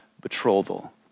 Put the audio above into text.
betrothal